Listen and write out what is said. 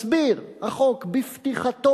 מסביר החוק בפתיחתו,